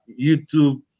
YouTube